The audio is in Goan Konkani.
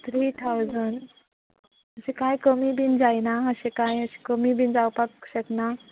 थ्री ठावजंड अशें कांय कमी बीन जायना अशें कांय अशें कमी बीन जावपाक शकना